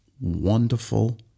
wonderful